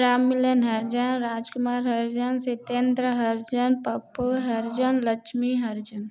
Ram Milan Harijan Rajkumar Harijan Satendra Harijan Pappu Harijan Laxmi Harijan